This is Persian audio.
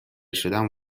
شدن